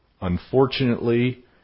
unfortunately